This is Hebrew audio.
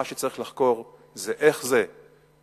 מה שצריך לחקור זה איך קורה